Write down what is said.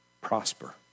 prosper